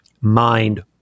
mind